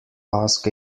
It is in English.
ask